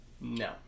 No